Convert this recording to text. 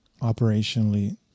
operationally